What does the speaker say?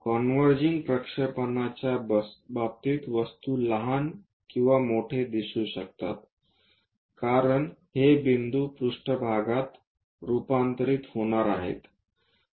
converging प्रक्षेपणांच्या बाबतीत वस्तू लहान किंवा मोठे दिसू शकतात कारण हे बिंदू पृष्ठभागात रूपांतरित होणार आहेत